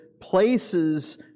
places